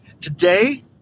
Today